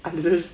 I'm just